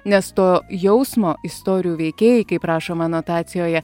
nes to jausmo istorijų veikėjai kaip rašoma anotacijoje